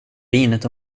vinet